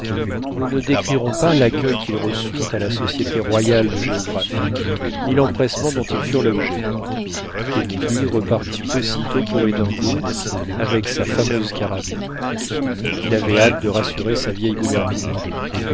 nous ne décrirons pas l'accueil qu'ils reçurent à la société royale de géographie ni l'empressement dont ils furent l'objet kennedy repartit aussitôt pour édimbourg avec sa fameuse carabine il avait hâte de rassurer sa vieille gouvernante